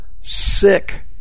sick